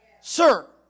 Sir